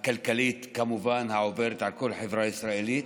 הכלכלית, כמובן, העוברת על כל החברה הישראלית,